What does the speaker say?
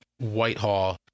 Whitehall